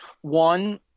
One